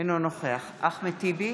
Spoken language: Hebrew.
אינו נוכח אחמד טיבי,